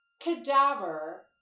cadaver